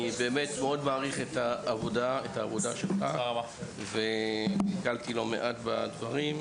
אני באמת מאוד מעריך את העבודה שלך ונתקלתי בלא מעט מהדברים,